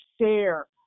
share